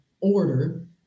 order